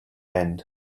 end